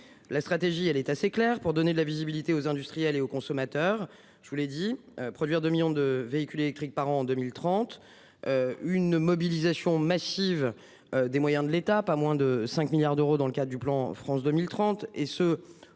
la stratégie, elle est assez claire pour donner de la visibilité aux industriels et aux consommateurs. Je vous l'ai dit produire 2 millions de véhicules électriques par an en 2030. Une mobilisation massive des moyens de l'État. Pas moins de 5 milliards d'euros dans le cas du plan France 2030 et ce